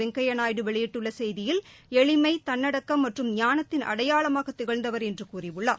வெங்கய்யா நாயுடு வெளியிட்டுள்ள செய்தியில் எளிமை தன்னடக்கம் மற்றும் ஞானத்தின் அடையாளமாக திகழ்ந்தவர் என்று கூறியுள்ளார்